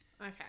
Okay